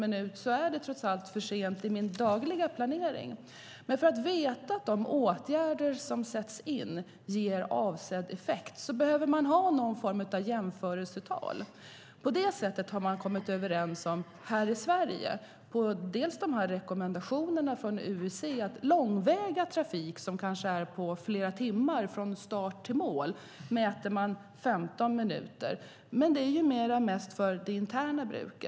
Dessutom finns det ett annat sätt som kanske blir mer internt. För att veta att de åtgärder som vidtas ger avsedd effekt behöver man ha någon form av jämförelsetal. Här i Sverige har man kommit överens om - bland annat efter rekommendationer från UIC - att när det gäller långväga trafik som tar flera timmar från start till mål är det 15 minuter, men det är mest för internt bruk.